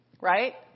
Right